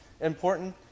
important